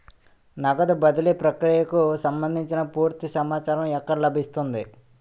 నగదు బదిలీ ప్రక్రియకు సంభందించి పూర్తి సమాచారం ఎక్కడ లభిస్తుంది?